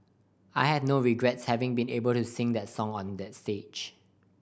I have no regrets having been able to sing that song on that stage